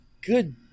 Good